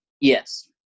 Yes